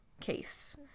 case